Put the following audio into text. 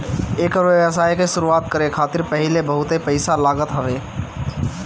एकर व्यवसाय के शुरुआत करे खातिर पहिले बहुते पईसा लागत हवे